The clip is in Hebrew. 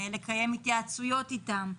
לקיים התייעצויות איתם?